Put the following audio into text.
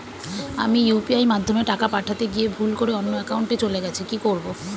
আমি ইউ.পি.আই মাধ্যমে টাকা পাঠাতে গিয়ে ভুল করে অন্য একাউন্টে চলে গেছে কি করব?